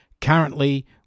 Currently